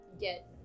get